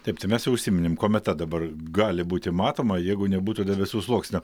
taip tai mes jau užsiminėm kometa dabar gali būti matoma jeigu nebūtų debesų sluoksnio